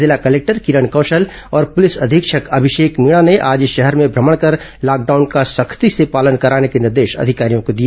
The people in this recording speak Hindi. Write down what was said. जिला कलेक्टर किरण कौशल और पुलिस अधीक्षक अभिषेक मीणा ने आज शहर में भ्रमण कर लॉकडाउन का सख्ती से पालन कराने के निर्देश अधिकारियों को दिए